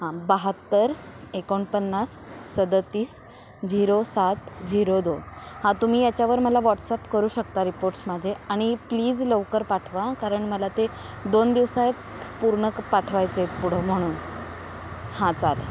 हां बहात्तर एकोणपन्नास सदतीस झिरो सात झिरो दोन हां तुम्ही याच्यावर मला व्हॉट्सअप करू शकता रिपोर्ट्समध्ये आणि प्लीज लवकर पाठवा कारण मला ते दोन दिवसात पूर्ण पाठवायचे पुढं म्हणून हां चालेल